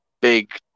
big